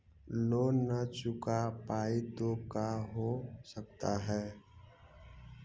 Loan न चुका पाई तो का हो सकता है?